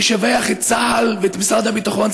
לשבח את צה"ל ואת משרד הביטחון,